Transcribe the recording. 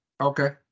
Okay